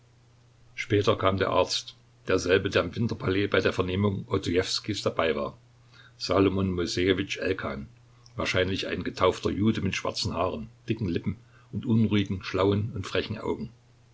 später kam der arzt derselbe der im winterpalais bei der vernehmung odojewskijs dabei war salomon moissejewitsch elkan wahrscheinlich ein getaufter jude mit schwarzen haaren dicken lippen und unruhigen schlauen und frechen augen